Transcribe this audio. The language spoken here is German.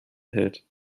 hält